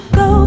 go